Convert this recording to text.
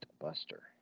Buster